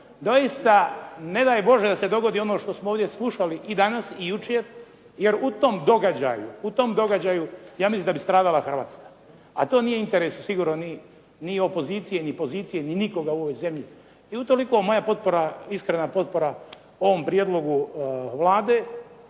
Doista, ne daj Bože da se dogodi ono što smo ovdje slušali i danas i jučer, jer u tom događaju ja mislim da bi stradala Hrvatska, a to nije interes sigurno ni opozicije ni pozicije ni nikoga u ovoj zemlji. I utoliko moja potpora, iskrena potpora ovom prijedlogu Vlade